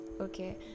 Okay